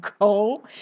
go